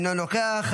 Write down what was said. אינו נוכח,